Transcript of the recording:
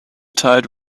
tide